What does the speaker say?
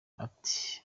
ati